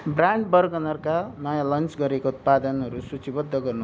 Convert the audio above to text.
brand बर्गनरका नयाँ launch गरेको उत्पादनहरू सूचीबद्ध गर्नु